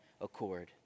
accord